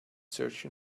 searching